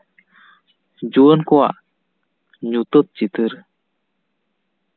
ᱡᱩᱣᱟᱹᱱ ᱠᱚᱣᱟᱜ ᱧᱩᱛᱟᱹᱛ ᱪᱤᱛᱟᱹᱨ